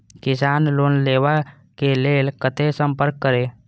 किसान लोन लेवा के लेल कते संपर्क करें?